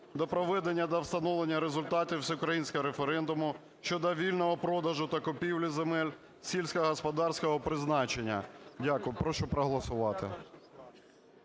до проведення та встановлення результатів всеукраїнського референдуму щодо вільного продажу та купівлі земель сільськогосподарського призначення". Дякую. Прошу проголосувати.